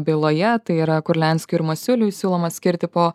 byloje tai yra kurlianskiui ir masiuliui siūloma skirti po